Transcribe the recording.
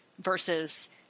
versus